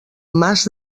mas